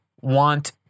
want